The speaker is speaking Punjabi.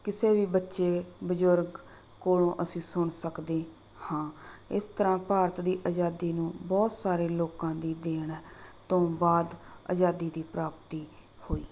ਕਿਸੇ ਵੀ ਬੱਚੇ ਬਜ਼ੁਰਗ ਕੋਲੋਂ ਅਸੀਂ ਸੁਣ ਸਕਦੇ ਹਾਂ ਇਸ ਤਰ੍ਹਾਂ ਭਾਰਤ ਦੀ ਆਜ਼ਾਦੀ ਨੂੰ ਬਹੁਤ ਸਾਰੇ ਲੋਕਾਂ ਦੀ ਦੇਣ ਤੋਂ ਬਾਅਦ ਆਜ਼ਾਦੀ ਦੀ ਪ੍ਰਾਪਤੀ ਹੋਈ